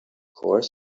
course